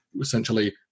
essentially